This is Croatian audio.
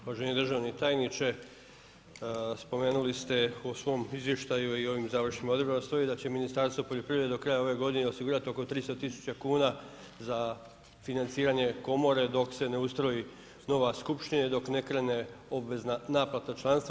Uvaženi državni tajniče, spomenuli ste u svom izvještaju i ovom završnim odredbama stoji da će Ministarstvo poljoprivrede do kraja ove godine osigurati oko 300 000 kuna za financiranje komore dok se ne ustroji nova skupština i dok ne krene obvezna naplata članstva.